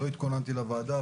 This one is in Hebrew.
התכוננתי לוועדה,